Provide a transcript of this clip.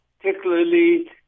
particularly